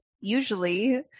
usually